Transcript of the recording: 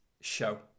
show